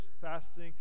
fasting